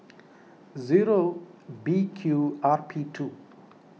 zero B Q R P two